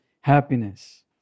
happiness